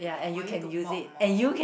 for you to mop more